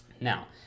Now